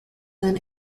then